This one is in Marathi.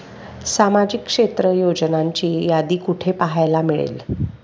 सामाजिक क्षेत्र योजनांची यादी कुठे पाहायला मिळेल?